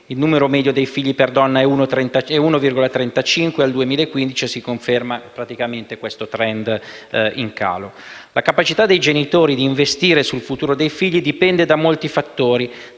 del numero dei figli per donna è di 1,35 al 2015 e si conferma questo *trend* in calo. La capacità dei genitori di investire sul futuro dei figli dipende da molti fattori,